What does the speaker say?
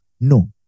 no